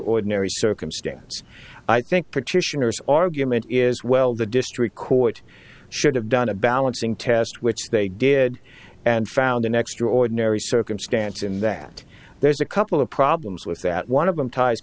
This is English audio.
extraordinary circumstance i think petitioners argument is well the district court should have done a balancing test which they did and found an extraordinary circumstance in that there's a couple of problems with that one of them ties